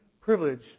privilege